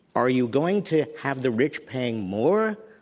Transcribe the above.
are you going to have the rich paying more,